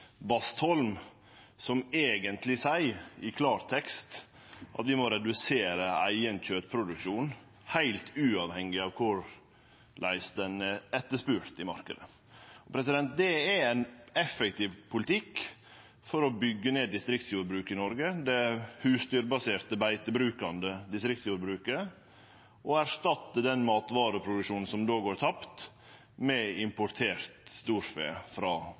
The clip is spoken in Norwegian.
Bastholm, som eigentleg seier i klartekst at vi må redusere eigen kjøtproduksjon heilt uavhengig av korleis etterspurnaden i marknaden er. Det er ein effektiv politikk for å byggje ned distriktsjordbruket i Noreg – det husdyrbaserte, beitebrukande distriktsjordbruket – og erstatte den matvareproduksjonen som då går tapt, med importert storfe frå